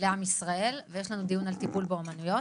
לעם ישראל ויש לנו דיון על טיפול באומנויות.